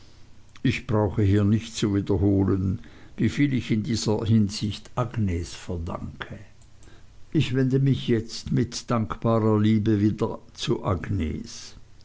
ich brauche hier nicht zu wiederholen wie viel ich in dieser hinsicht agnes verdankte ich wende mich jetzt mit dankbarer liebe wieder zu agnes